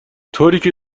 طوریکه